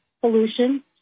pollution